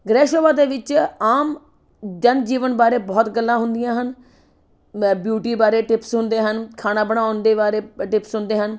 ਗ੍ਰਹਿ ਸ਼ੋਭਾ ਦੇ ਵਿੱਚ ਆਮ ਜਨਜੀਵਨ ਬਾਰੇ ਬਹੁਤ ਗੱਲਾਂ ਹੁੰਦੀਆਂ ਹਨ ਮੈਂ ਬਿਊਟੀ ਬਾਰੇ ਟਿਪਸ ਹੁੰਦੇ ਹਨ ਖਾਣਾ ਬਣਾਉਣ ਦੇ ਬਾਰੇ ਟਿਪਸ ਹੁੰਦੇ ਹਨ